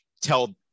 tell